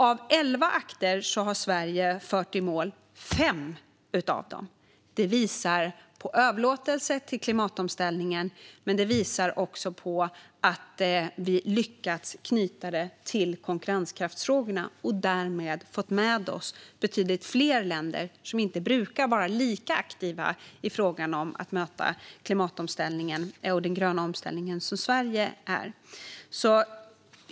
Av elva akter har Sverige fört i mål fem av dem. Det visar på överlåtelse till klimatomställningen. Men det visar också på att vi lyckats knyta detta till konkurrenskraftsfrågorna och därmed fått med oss betydligt fler länder som inte brukar vara lika aktiva i frågan om att möta klimatomställningen och den gröna omställningen som Sverige är.